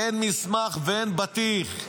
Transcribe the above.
אין מסמך ואין בטיח.